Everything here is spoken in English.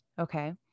Okay